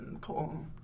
Cool